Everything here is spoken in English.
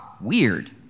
weird